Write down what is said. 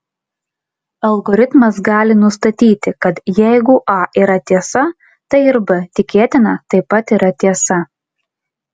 algoritmas gali nustatyti kad jeigu a yra tiesa tai ir b tikėtina taip pat yra tiesa